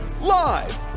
Live